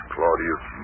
Claudius